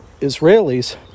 Israelis